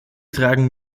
tragen